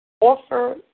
offer